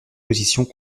positions